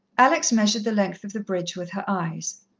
alex measured the length of the bridge with her eyes.